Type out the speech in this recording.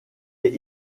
est